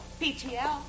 BTL